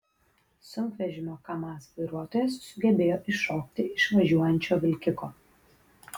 sunkvežimio kamaz vairuotojas sugebėjo iššokti iš važiuojančio vilkiko